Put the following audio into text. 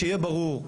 שיהיה ברור,